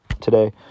today